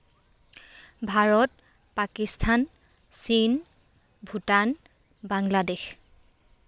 ভাৰত পাকিস্তান চীন ভূটান বাংলাদেশ